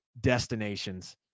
destinations